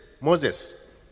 Moses